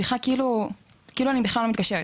שיחה כאילו אני בכלל לא מתקשרת.